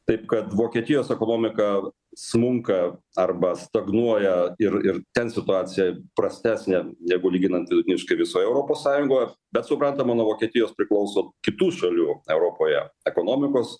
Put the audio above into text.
taip kad vokietijos ekonomika smunka arba stagnuoja ir ir ten situacija prastesnė negu lyginant vidutiniškai visoje europos sąjungoje bet suprantama nuo vokietijos priklauso kitų šalių europoje ekonomikos